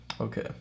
okay